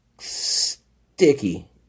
sticky